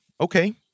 Okay